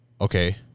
okay